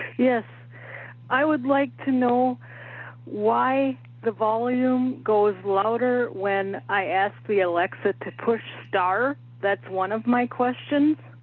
yes i would like to know why the volume goes louder when i ask the alexa to push star that's one of my questions,